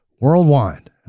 worldwide